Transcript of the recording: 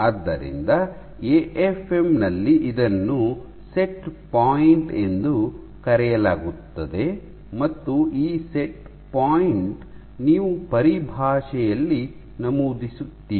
ಆದ್ದರಿಂದ ಎಎಫ್ಎಂ ನಲ್ಲಿ ಇದನ್ನು ಸೆಟ್ ಪಾಯಿಂಟ್ ಎಂದು ಕರೆಯಲಾಗುತ್ತದೆ ಮತ್ತು ಈ ಸೆಟ್ ಪಾಯಿಂಟ್ ನೀವು ಪರಿಭಾಷೆಯಲ್ಲಿ ನಮೂದಿಸುತ್ತೀರಿ